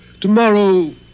Tomorrow